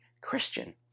Christian